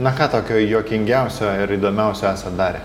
na ką tokio juokingiausio ir įdomiausio esat darę